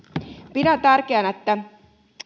pidän tärkeänä että